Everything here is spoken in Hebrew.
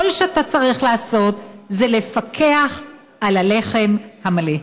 כל שאתה צריך לעשות זה לפקח על הלחם המלא.